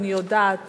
אני יודעת